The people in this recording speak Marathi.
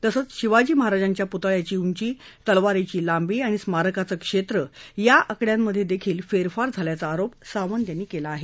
तसंच शिवाजी महाराजांच्या प्तळ्याची उंची तलवारीची लांबी आणि स्मारकाचं क्षेत्रं या आकड्यांमधेही फेरफार झाल्याचा आरोप सावंत यांनी केलं आहे